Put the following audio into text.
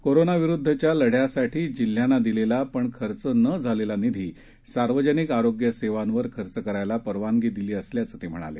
कोरोनाविरुद्वच्या लढ्यासाठी जिल्ह्यांना दिलेला पण खर्च न झालेला निधी सार्वजनिक आरोग्य सेवांवर खर्च करायला परवानगी दिली असल्याचं ते म्हणाले